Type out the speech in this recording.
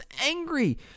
angry